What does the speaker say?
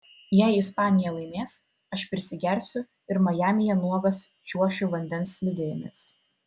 jei ispanija laimės aš prisigersiu ir majamyje nuogas čiuošiu vandens slidėmis